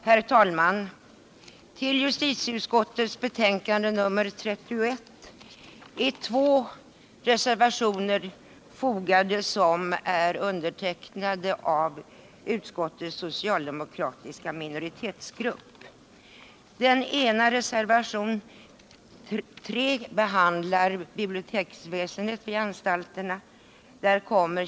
Herr talman! Till justitieutskottets betänkande 31 är två reservationer fogade, som är undertecknade av utskottets socialdemokratiska minoritetsgrupp. Den ena, reservationen 3, behandlar biblioteksväsendet i anstalterna.